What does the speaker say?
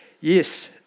Yes